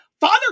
Father